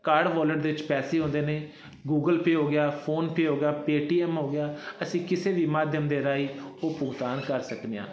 card wallet ਦੇ ਵਿੱਚ ਪੈਸੇ ਹੁੰਦੇ ਨੇ ਗੂਗਲ ਪੇ ਹੋ ਗਿਆ ਫੋਨਪੇ ਹੋ ਗਿਆ ਪੇਟੀਐਮ ਹੋ ਗਿਆ ਅਸੀਂ ਕਿਸੇ ਵੀ ਮਾਧਿਅਮ ਦੇ ਰਾਹੀਂ ਉਹ ਭੁਗਤਾਨ ਕਰ ਸਕਦੇ ਹਾਂ